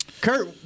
Kurt